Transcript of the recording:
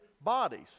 bodies